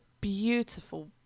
beautiful